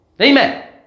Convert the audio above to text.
Amen